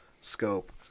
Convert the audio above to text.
scope